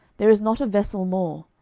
there is not a vessel more.